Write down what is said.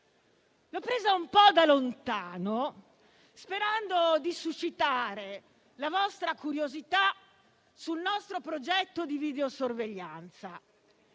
questione un po' da lontano sperando di suscitare la vostra curiosità sul nostro progetto di videosorveglianza